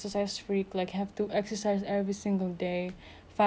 fives times a day no like five times a week not five times a day that's too much